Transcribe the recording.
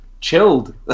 chilled